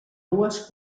dues